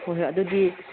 ꯑꯗꯨꯗꯤ